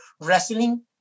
wrestling